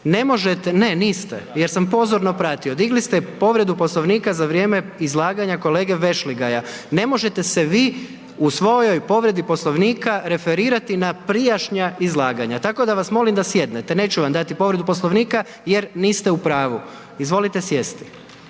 razumije./ … ne niste jer sam pozorno pratio, digli ste povredu Poslovnika za vrijeme izlaganja kolege VEšligaja, ne možete se vi u svojoj povredi Poslovnika referirati na prijašnja izlaganja, tako da vas molim da sjednete. Neću vam dati povredu Poslovnika jer niste u pravu. Izvolite sjesti.